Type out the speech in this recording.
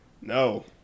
No